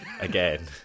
again